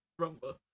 rumba